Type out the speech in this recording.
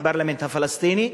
הפרלמנט הפלסטיני.